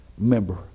member